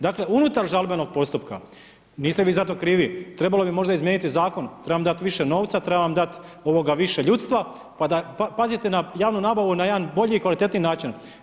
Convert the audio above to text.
Dakle, unutar žalbenog postupka, niste vi za to krivi, trebalo bi možda izmijeniti zakon, trebam vam dati više novca, trebam vam dati više ljudstva, pa pazite na javnu nabavu na jedan bolji i kvalitetniji način.